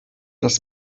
das